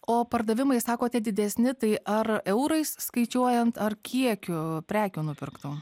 o pardavimai sakote didesni tai ar eurais skaičiuojant ar kiekiu prekių nupirktų